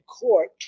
court